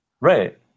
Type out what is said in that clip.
right